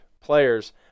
players